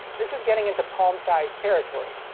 this is getting into palm-sized territory.